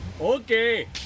Okay